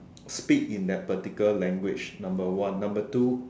speak in that particular language number one number two